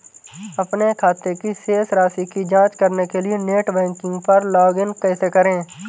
अपने खाते की शेष राशि की जांच करने के लिए नेट बैंकिंग पर लॉगइन कैसे करें?